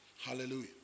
hallelujah